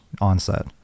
onset